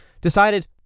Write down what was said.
decided